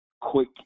quick